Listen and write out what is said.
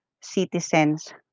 citizens